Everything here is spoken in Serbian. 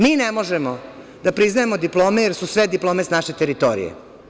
Mi ne možemo da priznajemo diplome, jer su sve diplome sa naše teritorije.